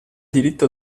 diritto